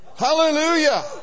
hallelujah